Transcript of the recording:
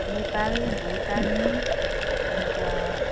नेपाल भुटान अन्त